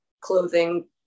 clothing